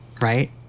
right